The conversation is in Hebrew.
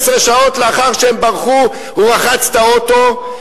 שעות לאחר שהם ברחו: הוא רחץ את האוטו,